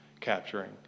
capturing